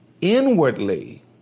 inwardly